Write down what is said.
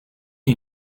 you